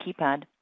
keypad